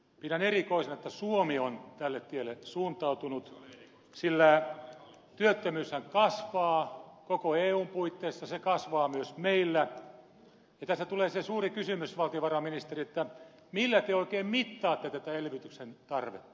pidän erikoisena että suomi on tälle tielle suuntautunut sillä työttömyyshän kasvaa koko eun puitteissa se kasvaa myös meillä ja tästä tulee se suuri kysymys valtiovarainministeri millä te oikein mittaatte tätä elvytyksen tarvetta